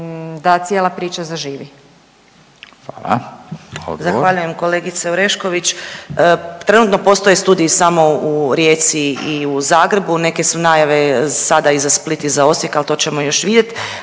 (Socijaldemokrati)** Zahvaljujem kolegice Orešković. Trenutno postoji studiji samo u Rijeci i u Zagrebu. Neke su najave sada i za Split i za Osijek, ali to ćemo još vidjeti,